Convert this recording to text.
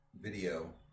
video